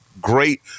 great